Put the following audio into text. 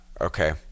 Okay